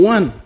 One